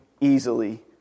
easily